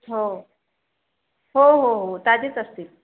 हो हो हो हो ताजेच असतील